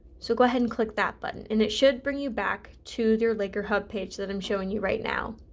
so go ahead and click that button and it should bring you back to your laker hub page that i'm showing you right now.